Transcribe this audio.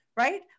Right